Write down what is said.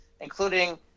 including